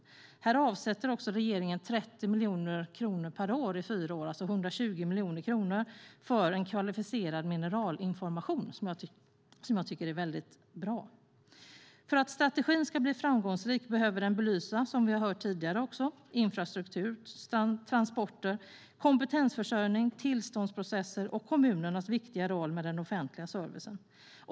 Regeringen avsätter också 30 miljoner kronor per år under fyra år, alltså 120 miljoner kronor, för en kvalificerad mineralinformation, vilket jag tycker är mycket bra. För att strategin ska bli framgångsrik behöver den belysa infrastruktur, transporter, kompetensförsörjning, tillståndsprocesser och kommunernas viktiga roll med den offentliga servicen.